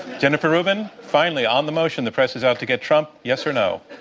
jennifer rubin, finally on the motion, the press is out to get trump, yes or no?